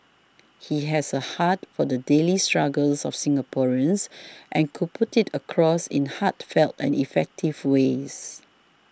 he has a heart for the daily struggles of Singaporeans and could put it across in heartfelt and effective ways